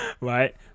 right